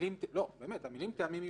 המילים "טעמים מיוחדים"